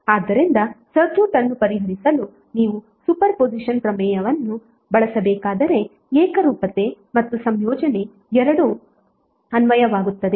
ಆದ್ದರಿಂದ ಸರ್ಕ್ಯೂಟ್ ಅನ್ನು ಪರಿಹರಿಸಲು ನೀವು ಸೂಪರ್ ಪೊಸಿಷನ್ ಪ್ರಮೇಯವನ್ನು ಬಳಸಬೇಕಾದರೆ ಏಕರೂಪತೆ ಮತ್ತು ಸಂಯೋಜನೆ ಎರಡೂ ಅನ್ವಯವಾಗುತ್ತದೆ